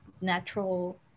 natural